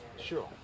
Sure